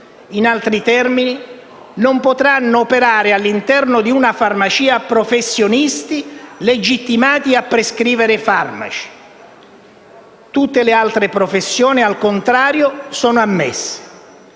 In altri termini, non potranno operare all'interno di una farmacia professionisti legittimati a prescrivere farmaci. Tutte le altre professioni, al contrario, sono ammesse.